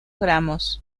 gramos